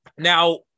Now